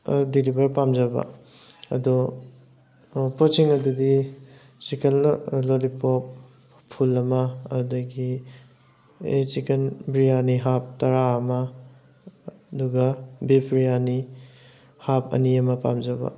ꯑ ꯗꯤꯂꯤꯕꯔ ꯄꯥꯝꯖꯕ ꯑꯗꯣ ꯑ ꯄꯣꯠꯁꯤꯡ ꯑꯗꯨꯗꯤ ꯆꯤꯀꯜꯂ ꯂꯣꯂꯤꯄꯣꯞ ꯐꯨꯜ ꯑꯃ ꯑꯗꯨꯗꯒꯤ ꯆꯤꯀꯟ ꯕ꯭ꯔꯤꯌꯥꯅꯤ ꯍꯥꯞ ꯇꯔꯥ ꯑꯃ ꯑꯗꯨꯒ ꯕꯤꯐ ꯕ꯭ꯔꯤꯌꯥꯅꯤ ꯍꯥꯞ ꯑꯅꯤ ꯑꯃ ꯄꯥꯝꯖꯕ